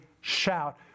shout